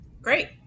Great